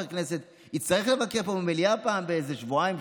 כנסת יצטרך לבקר פה במליאה פעם בשבועיים,